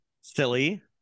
silly